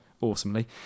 awesomely